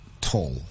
tall